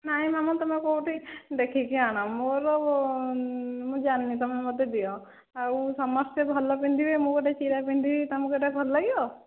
ନାହିଁ ମାମୁଁ ତୁମେ କେଉଁଠି ଦେଖିକି ଆଣ ମୋର ମୁଁ ଜାଣିନି ତୁମେ ମୋତେ ଦିଅ ଆଉ ସମସ୍ତେ ଭଲ ପିନ୍ଧିବେ ମୁଁ ଗୋଟିଏ ଚିରା ପିନ୍ଧିବି ତୁମକୁ ସେଟା ଭଲ ଲାଗିବ